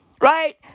Right